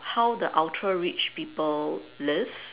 how the Ultra rich people live